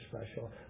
special